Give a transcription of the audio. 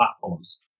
platforms